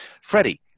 Freddie